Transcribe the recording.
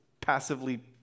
passively